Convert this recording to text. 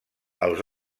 els